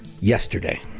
yesterday